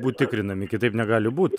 būt tikrinami kitaip negali būt